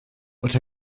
but